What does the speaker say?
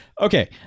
Okay